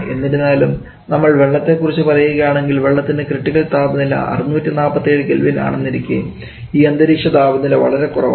എന്നിരുന്നാലും നമ്മൾ വെള്ളത്തെ കുറിച്ച് പറയുകയാണെങ്കിൽ വെള്ളത്തിൻറെ ക്രിട്ടിക്കൽ താപനില 647 K ആണെന്നിരിക്കെ ഈ അന്തരീക്ഷ താപനില വളരെ കുറവാണ്